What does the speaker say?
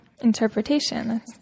interpretation